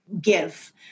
give